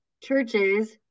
churches